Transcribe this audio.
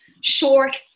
short